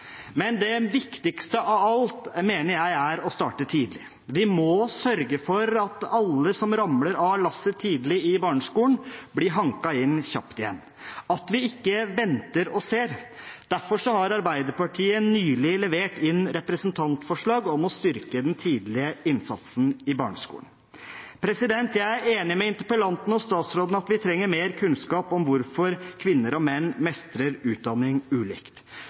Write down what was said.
Men det viktigste av alt mener jeg er å starte tidlig. Vi må sørge for at alle som ramler av lasset tidlig i barneskolen, blir hanket kjapt inn igjen – at vi ikke venter og ser. Derfor har Arbeiderpartiet nylig levert inn representantforslag om å styrke den tidlige innsatsen i barneskolen. Jeg er enig med interpellanten og statsråden i at vi trenger mer kunnskap om hvorfor kvinner og menn mestrer utdanning ulikt.